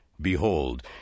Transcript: Behold